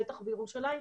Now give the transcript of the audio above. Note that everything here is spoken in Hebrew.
בטח בירושלים,